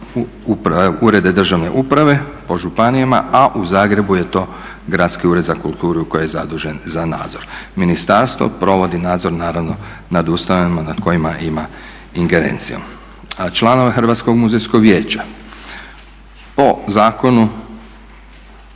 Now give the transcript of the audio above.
urede državne uprave po županijama, a u Zagrebu je to Gradski ured za kulturu koji je zadužen za nadzor. Ministarstvo provodi nadzor naravno nad ustanovama nad kojima ima ingerenciju. Članove Hrvatskog muzejskog vijeća po zakonu